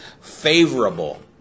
favorable